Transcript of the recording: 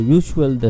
usual